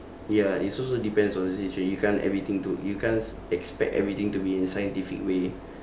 ya is also depends on the situation you can't everything to you can't s~ expect everything to be in scientific way